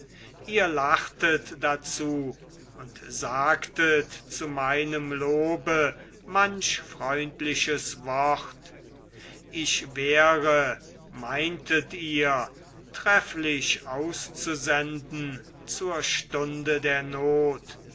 ihr lachtet dazu und sagtet zu meinem lobe manch freundliches wort ich wäre meintet ihr trefflich auszusenden zur stunde der not